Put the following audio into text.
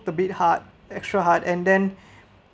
a bit hard extra hard and then